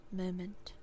moment